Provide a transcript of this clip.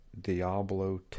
Diablo